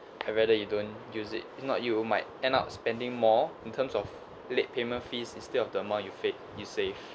I rather you don't use it if not you might end up spending more in terms of late payment fees instead of the amount you fake you save